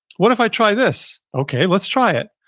what if i try this? okay, let's try it.